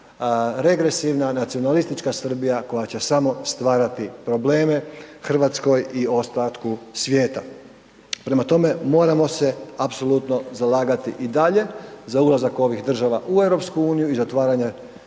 regresivna nacionalistička Srbija koja će samo stvarati probleme RH i ostatku svijeta. Prema tome, moramo se apsolutno zalagati i dalje za ulazak ovih država u EU i zatvaranje